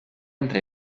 entre